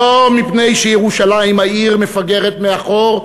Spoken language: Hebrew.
לא מפני שירושלים העיר מפגרת מאחור,